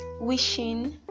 wishing